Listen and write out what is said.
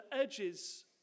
edges